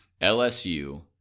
LSU